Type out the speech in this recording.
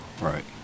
Right